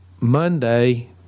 Monday